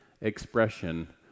expression